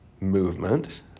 movement